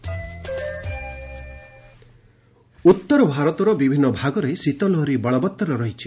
cold wave ଉତ୍ତରଭାରତର ବିଭିନ୍ନ ଭାଗରେ ଶୀତ ଲହରୀ ବଳବତ୍ତର ରହିଛି